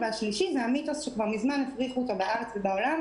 השלישי הוא המיתוס שכבר מזמן הפריכו בארץ ובעולם,